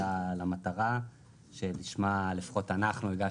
למטרה שלשמה לפחות אנחנו הגשנו את ההצעה.